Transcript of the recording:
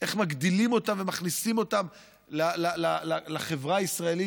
איך מגדילים אותם ומכניסים אותם לחברה הישראלית,